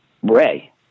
Ray